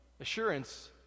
Assurance